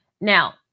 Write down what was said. Now